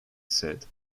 said